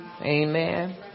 amen